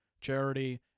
charity